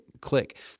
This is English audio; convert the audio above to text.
click